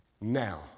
now